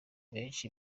benshi